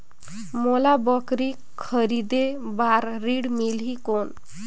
मोला बकरी खरीदे बार ऋण मिलही कौन?